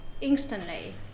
instantly